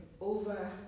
over